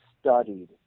studied